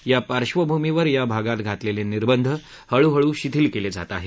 या पार्श्वभूमीवर या भागात घातलेले निर्बध हळूहळू शिथिल केले जात आहेत